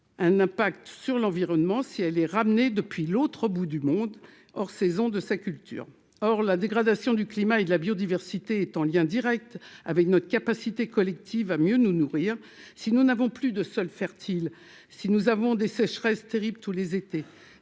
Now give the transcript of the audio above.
un impact sur l'environnement, si elle est ramenée depuis l'autre bout du monde hors saison, de sa culture, or la dégradation du climat et de la biodiversité est en lien Direct avec notre capacité collective à mieux nous nourrir, si nous n'avons plus de sol fertile, si nous avons des sécheresses terrible tous les étés